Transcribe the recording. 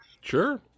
Sure